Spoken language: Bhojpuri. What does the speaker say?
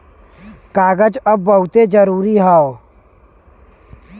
कागज अब बहुते जरुरी हौ